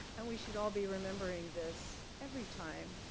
and we should all be remembering this every time,